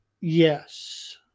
Yes